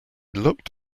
looked